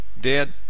dead